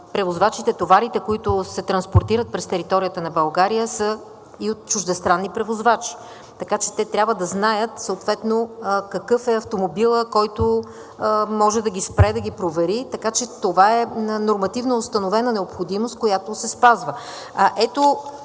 тъй като товарите, които се транспортират през територията на България, са и от чуждестранни превозвачи. Така че те трябва да знаят съответно какъв е автомобилът, който може да ги спре, да ги провери. Така че това е нормативно установена необходимост, която се спазва.